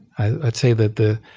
i would say that the